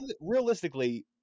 Realistically